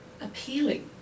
appealing